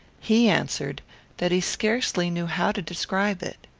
he answered that he scarcely knew how to describe it.